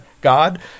God